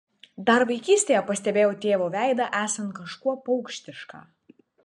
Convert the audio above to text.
dar vaikystėje pastebėjau tėvo veidą esant kažkuo paukštišką